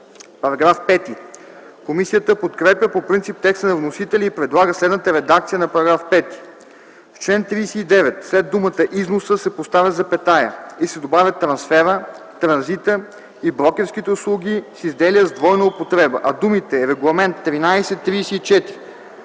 ДИМИТРОВ: Комисията подкрепя по принцип текста на вносителя и предлага следната редакция на § 5: „§ 5. В чл. 39, след думата „износа” се поставя запетая и се добавя „трансфера, транзита и брокерските услуги с изделия с двойна употреба”, а думите „Регламент